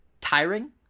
tiring